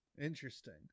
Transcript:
Interesting